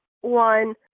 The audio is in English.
one